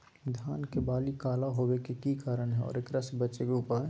धान के बाली काला होवे के की कारण है और एकरा से बचे के उपाय?